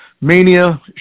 Mania